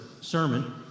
sermon